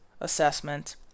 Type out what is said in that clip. assessment